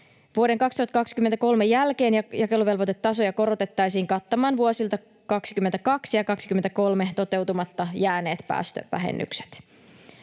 Vuoden 2023 jälkeen jakeluvelvoitetasoja korotettaisiin kattamaan vuosilta 22 ja 23 toteutumatta jääneet päästövähennykset.